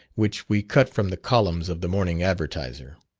which we cut from the columns of the morning advertiser